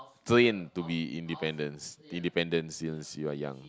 to be independence independent since you are young